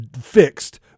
fixed